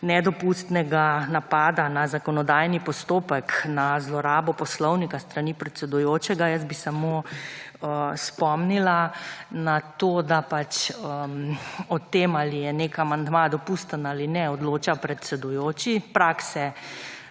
nedopustnega napada na zakonodajni postopek na zlorabo Poslovnika s strani predsedujočega jaz bi samo spomnila na to, da pač o tem ali je nek amandma dopusten ali ne odloča predsedujoči. Prakse